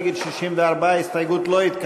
קבוצת סיעת מרצ וקבוצת סיעת הרשימה המשותפת לא נתקבלה.